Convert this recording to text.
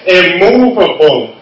immovable